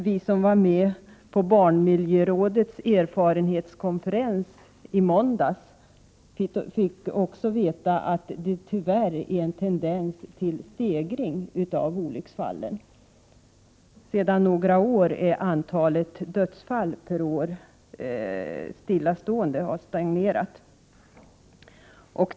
Vi som var på barnmiljörådets erfarenhetskonferens i måndags fick också veta att det tyvärr finns en tendens till ökning av antalet olycksfall. Antalet dödsfall per år har sedan några år tillbaka legat stilla.